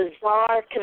bizarre